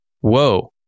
whoa